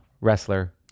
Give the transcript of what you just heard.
wrestler